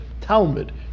Talmud